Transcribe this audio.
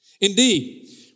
Indeed